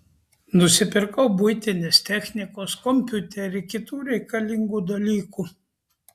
nusipirkau buitinės technikos kompiuterį kitų reikalingų dalykų